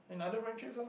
in other friendships lor